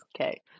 Okay